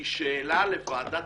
היא שאלה לוועדת